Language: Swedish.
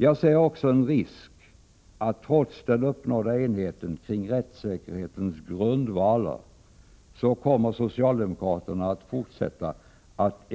Jag ser också en risk att trots den uppnådda enigheten kring rättssäkerhetens grundvalar, så kommer socialdemokraterna att fortsätta att